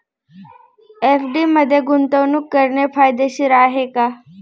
FD मध्ये गुंतवणूक करणे फायदेशीर आहे का?